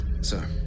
sir